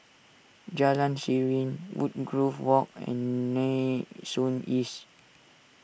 Jalan Serene Woodgrove Walk and Nee Soon East